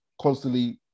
constantly